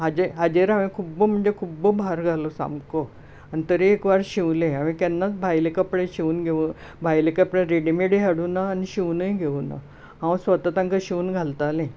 हाजें हाजेर हांवें खूब्ब म्हणजे खूब्ब भार घालो सामको आनी तरेकवार शिवलें हांवें केन्नाच भायले कपडें शिंवून घेवं भायले कपडे रेडीमेडूय हाडुंकना आनी शिंवुनूय घेवुना हांव स्वता तांकां शिंवून घालतालें